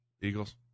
Eagles